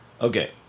Okay